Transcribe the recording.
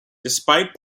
despite